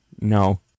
No